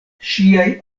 ŝiaj